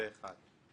זה אחד.